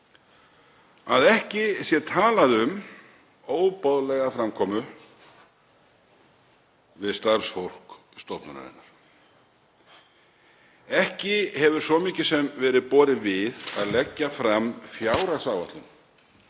að ekki sé talað um óboðlega framkomu við starfsfólk stofnunarinnar. Ekki hefur svo mikið sem verið borið við að leggja fram fjárhagsáætlun